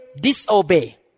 disobey